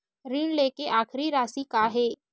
ऋण लेके आखिरी राशि का हे?